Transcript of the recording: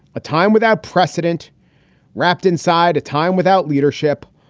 a time without precedent wrapped inside, a time without leadership.